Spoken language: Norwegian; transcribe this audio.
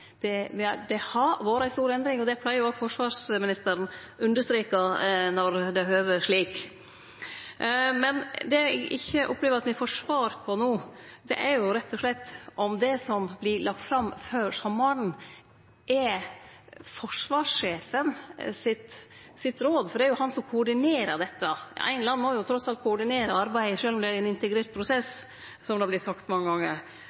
den gongen. Det har vore ei stor endring, og det pleier òg forsvarsministeren å understreke når det høver seg slik. Det eg opplever at me ikkje får svar på no, er rett og slett om det som vert lagt fram før sommaren, er forsvarssjefen sitt råd, for det er jo han som koordinerer dette. Ein eller annan må jo trass alt koordinere arbeidet, sjølv om det er ein integrert prosess, som har vorte sagt mange gonger.